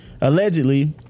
Allegedly